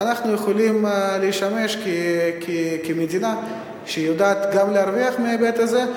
ואנחנו יכולים לשמש כמדינה שיודעת גם להרוויח מההיבט הזה,